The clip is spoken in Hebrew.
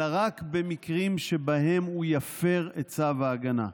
אלא רק במקרים שבהם הוא יפר את צו ההגנה.